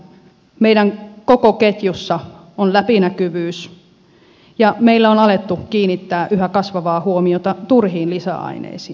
meidän koko ketjussa on läpinäkyvyys ja meillä on alettu kiinnittää yhä kasvavaa huomiota turhiin lisäaineisiin